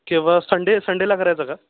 केव्हा संडे संडेला करायचा का